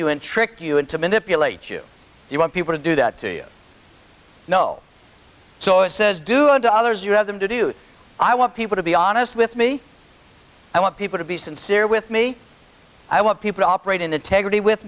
and trick you into manipulate you you want people to do that to you know so it says do it to others you have them to do i want people to be honest with me i want people to be sincere with me i want people to operate in